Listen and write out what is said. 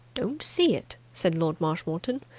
don't see it, said lord marshmoreton.